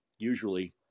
usually